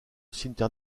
cimetière